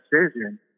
decision